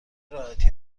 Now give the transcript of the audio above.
راحتی